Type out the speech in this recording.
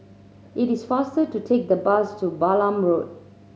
it is faster to take the bus to Balam Road